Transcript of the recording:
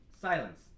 silence